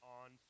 on